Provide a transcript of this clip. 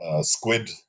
squid